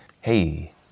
hey